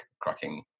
cracking